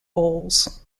goals